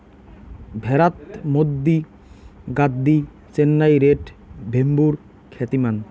ভ্যাড়াত মধ্যি গাদ্দি, চেন্নাই রেড, ভেম্বুর খ্যাতিমান